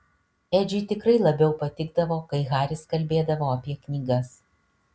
edžiui tikrai labiau patikdavo kai haris kalbėdavo apie knygas